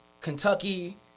Kentucky